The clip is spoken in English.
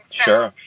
sure